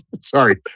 Sorry